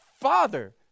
Father